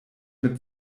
mit